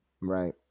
Right